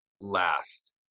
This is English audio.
last